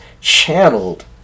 channeled